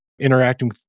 interacting